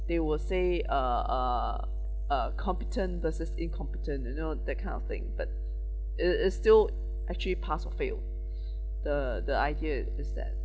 they will say uh uh uh competent versus incompetent you know that kind of thing but it is still actually pass or fail the the idea is that